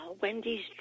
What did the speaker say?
Wendy's